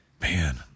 man